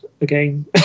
again